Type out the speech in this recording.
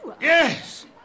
Yes